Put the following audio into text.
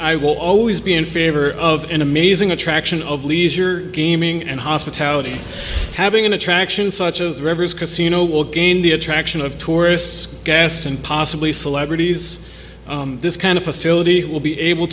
i will always be in favor of an amazing attraction of leisure gaming and hospitality having an attraction such as the rivers casino will gain the attraction of tourists gas and possibly celebrities this kind of facility will be able